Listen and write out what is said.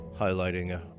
highlighting